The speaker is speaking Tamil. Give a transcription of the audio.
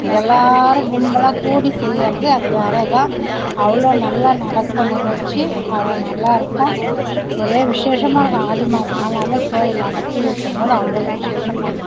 எல்லாரும் கும்பலாக கூடி செய்கிறது அது வேறதான் அவ்வளோ நல்ல நடக்கும் நிகழ்ச்சி அவ்வளோ நல்லாயிருக்கும் ஒரே விசேஷமாக இருக்கும் ஆடி மாதம் ஆனாலே கோயிலாண்ட கூழ் ஊத்தும் போது அவ்வளோ விசேஷமாக இருக்கும்